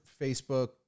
Facebook